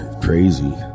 crazy